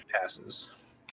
passes